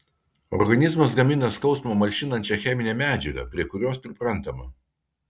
organizmas gamina skausmą malšinančią cheminę medžiagą prie kurios priprantama